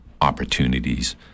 opportunities